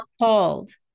appalled